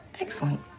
Excellent